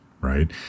right